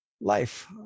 life